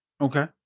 okay